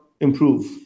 improve